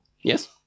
Yes